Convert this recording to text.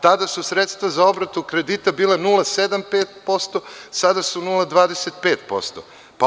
Tada su sredstva za obradu kredita bila 0,75%, sada su 0,25%